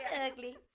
ugly